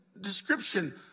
description